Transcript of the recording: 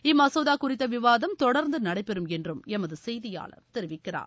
இம் மசோதா குறித்த விவாதம் தொடர்ந்து நடைபெறும் என்றும் எமது செய்தியாளர் தெரிவிக்கிறார்